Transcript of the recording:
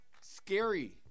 Scary